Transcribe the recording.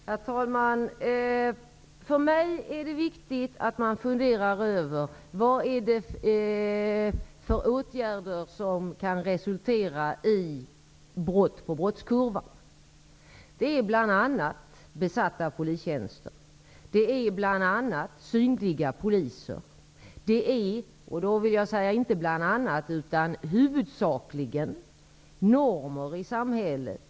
Herr talman! För mig är det viktigt att man funderar över vad det är för åtgärder som kan resultera i ett brott på brottskurvan. Det är bl.a. besatta polistjänster, synliga poliser och -- inte bl.a. utan huvudsakligen -- normer i samhället.